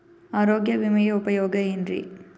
ಆರೋಗ್ಯ ವಿಮೆಯ ಉಪಯೋಗ ಏನ್ರೀ?